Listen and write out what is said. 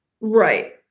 Right